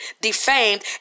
defamed